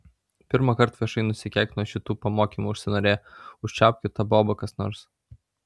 pirmąkart viešai nusikeikt nuo šitų pamokymų užsinorėjo užčiaupkit tą bobą kas nors